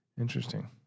Interesting